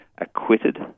acquitted